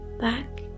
back